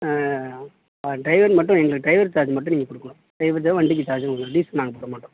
ஆ ஆ டிரைவர் மட்டும் எங்களுக்கு டிரைவர் சார்ஜ் மட்டும் நீங்கள் கொடுக்கணும் டிரைவர் சார்ஜும் வண்டிக்கு சார்ஜும் கொடுக்கணும் டீசல் நாங்கள் போட மாட்டோம்